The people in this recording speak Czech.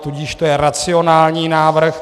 Tudíž to je racionální návrh.